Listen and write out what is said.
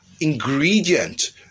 ingredient